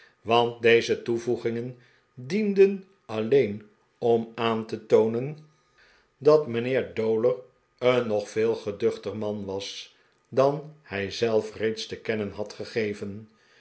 want deze toevoegingen dienden alleen om aan te toonen dat mijnangelo cyrus bantam ceremoniemeester heer dowler een nog veel geduehter man was dan hij zelf reeds te kennen had gegeven